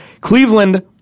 Cleveland